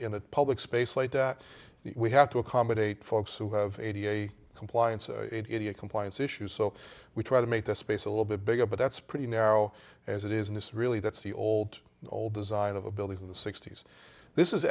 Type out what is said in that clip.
in a public space like that we have to accommodate folks who have a compliance or compliance issues so we try to make the space a little bit bigger but that's pretty narrow as it is and it's really that's the old old design of a building in the sixty's this is